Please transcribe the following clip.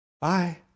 Bye